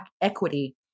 equity